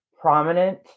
prominent